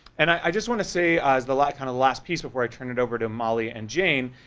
and i just wanna say as the like kind of last piece before i turn it over to molly and jane,